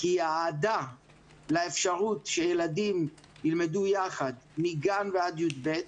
כי האהדה לאפשרות שילדים ילמדו יחד מגן ועד י"ב,